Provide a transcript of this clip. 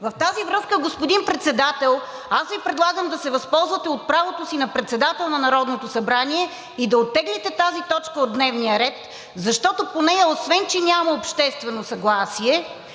В тази връзка, господин Председател, аз Ви предлагам да се възползвате от правото си на председател на Народното събрание и да оттеглите тази точка от дневния ред, защото по нея освен че няма обществено съгласие,